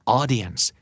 audience